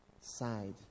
side